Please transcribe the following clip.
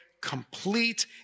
complete